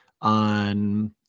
on